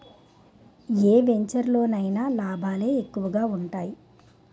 ఏ వెంచెరులో అయినా లాభాలే ఎక్కువగా ఉంటాయి